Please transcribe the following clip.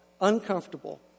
uncomfortable